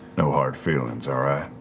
no hard feelings, all right?